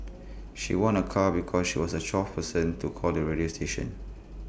she won A car because she was the twelfth person to call the radio station